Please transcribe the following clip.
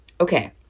Okay